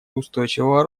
устойчивого